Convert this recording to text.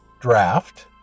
draft